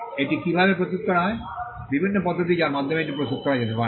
এটি কীভাবে প্রস্তুত করা হয় বিভিন্ন পদ্ধতি যার মাধ্যমে এটি প্রস্তুত করা যেতে পারে